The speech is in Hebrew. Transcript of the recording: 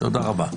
תודה רבה.